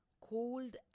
cold